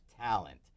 talent